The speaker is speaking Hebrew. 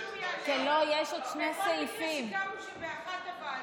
בכל מקרה, סיכמנו שב-13:00 הוועדות.